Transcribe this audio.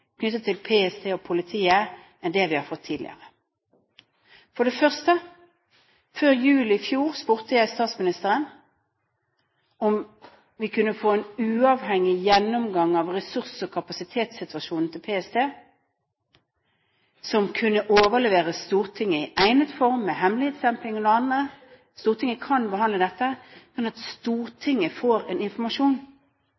knyttet til PST og politiet enn det vi har fått tidligere. For det første: Før jul i fjor spurte jeg statsministeren om vi kunne få en uavhengig gjennomgang av ressurs- og kapasitetssituasjonen til PST som kunne overleveres Stortinget i egnet form med hemmelighetsstempling – Stortinget kan behandle dette – at